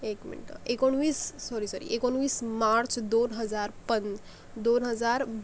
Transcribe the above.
एक मिनटं एकोणवीस सॉरी सॉरी एकोणवीस मार्च दोन हजार पं दोन हजार